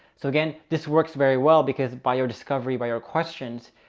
so again, this works very well because by your discovery, by your questions,